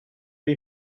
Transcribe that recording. lui